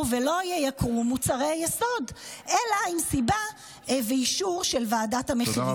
ולא ייקרו מוצרי יסוד אלא עם סיבה ואישור של ועדת המחירים.